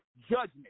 judgment